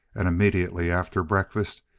and immediately after breakfast,